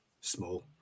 small